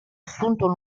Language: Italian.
assunto